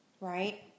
right